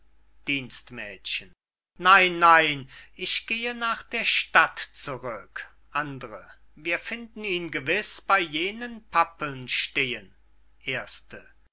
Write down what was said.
dienstmädchen nein nein ich gehe nach der stadt zurück wir finden ihn gewiß bey jenen pappeln stehen